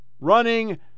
running